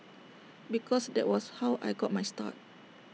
because that was how I got my start